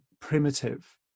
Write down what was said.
primitive